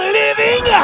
living